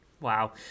Wow